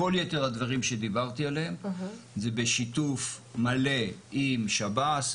כל יתר הדברים שדיברתי עליהם זה בשיתוף מלא עם שב"ס,